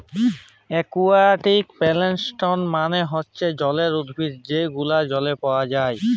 aquatic plants মালে হচ্যে জলজ উদ্ভিদ যে গুলান জলে পাওয়া যায়